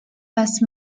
best